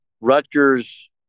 Rutgers